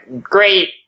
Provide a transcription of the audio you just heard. great